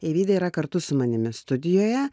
eivydė yra kartu su manimi studijoje